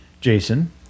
Jason